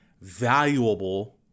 valuable